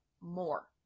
more